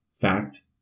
fact